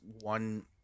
one